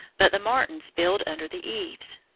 but the martins build under the eaves.